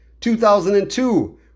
2002